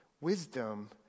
Wisdom